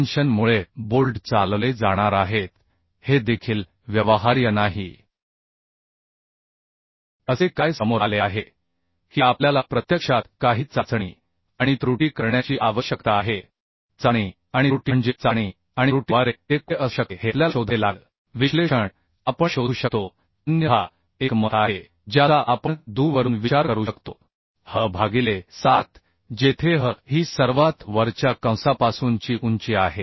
tension मुळे bolt चालवले जाणार आहेत हे देखील व्यवहार्य नाही असे काय समोर आले आहे की आपल्याला प्रत्यक्षात काही चाचणी आणि त्रुटी करण्याची आवश्यकता आहे चाचणी आणि त्रुटी म्हणजे चाचणी आणि त्रुटीद्वारे ते कुठे असू शकते हे आपल्याला शोधावे लागेल विश्लेषण आपण शोधू शकतो अन्यथा एक मत आहे ज्याचा आपण दूरवरून विचार करू शकतो h भागिले 7 जेथे h ही सर्वात वरच्या कंसापासूनची उंची आहे